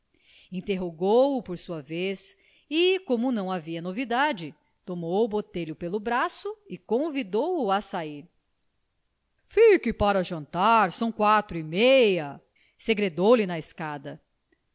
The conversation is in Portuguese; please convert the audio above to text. interrogou-o por sua vez e como não havia novidade tomou botelho pelo braço e convidou-o a sair fique para jantar são quatro e meia segredou-lhe na escada